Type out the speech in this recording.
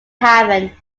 haven